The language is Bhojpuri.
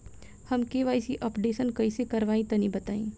हम के.वाइ.सी अपडेशन कइसे करवाई तनि बताई?